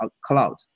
cloud